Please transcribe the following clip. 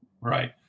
Right